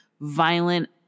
violent